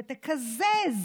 ותקזז